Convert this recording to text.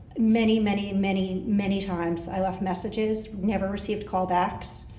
many, many, many many times i left messages, never received call backs.